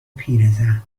پیرزن